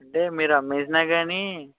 అంటే మీరు అమ్మేసిన కానీ